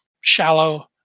shallow